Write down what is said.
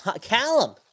Callum